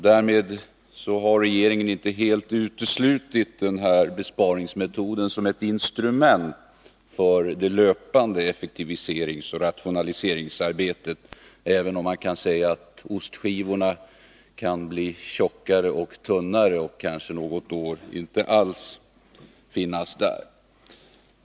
Därmed har regeringen inte helt uteslutit den här besparingsmetoden som ett instrument för det löpande effektiviseringsoch rationaliseringsarbetet, även om man kan säga att ostskivorna kan bli tjockare och tunnare och kanske något år inte alls finnas där.